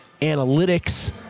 Analytics